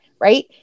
Right